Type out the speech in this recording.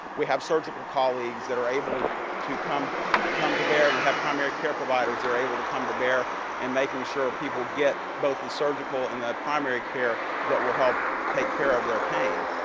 we have surgical colleagues that are able to come come to bear, and we have primary care providers that're able to come to bear in making sure people get both the surgical and the primary care that will help take care of their pain.